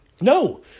No